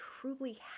truly